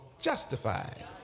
justified